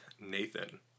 Nathan